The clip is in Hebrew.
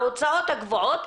ההוצאות הקבועות,